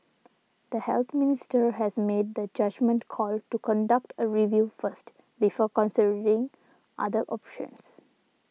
the Health Minister has made the judgement call to conduct a review first before considering other options